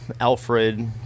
Alfred